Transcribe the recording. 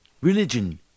religion